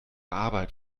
arbeit